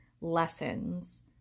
lessons